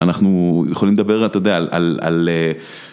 אנחנו יכולים לדבר, אתה יודע, על על על אהה...